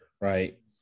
right